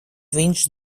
viņš